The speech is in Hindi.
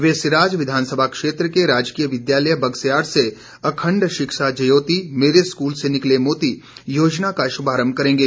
वे सिराज विधानसभा क्षेत्र के राजकीय विद्यालय बगस्याड़ से अखण्ड शिक्षा ज्योति मेरे स्कूल से निकले मोती योजना का शुभारम्भ करेंगे